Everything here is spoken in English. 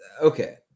okay